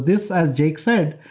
this, as jake said,